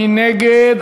מי נגד?